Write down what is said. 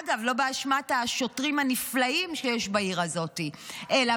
אגב, לא באשמת השוטרים הנפלאים שיש בעיר הזאת, אלא